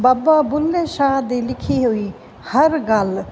ਬਾਬਾ ਬੁੱਲ੍ਹੇ ਸ਼ਾਹ ਦੀ ਲਿਖੀ ਹੋਈ ਹਰ ਗੱਲ